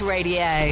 Radio